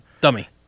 dummy